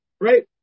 right